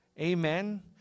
Amen